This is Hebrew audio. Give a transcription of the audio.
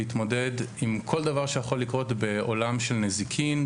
להתמודד עם כל דבר שיכול לקרות בעולם של נזיקין,